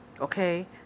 Okay